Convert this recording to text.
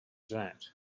that